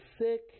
sick